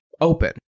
open